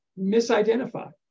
misidentified